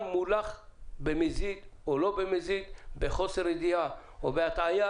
מולך - במזיד או לא במזיד בחוסר ידיעה ובהטעיה,